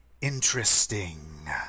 interesting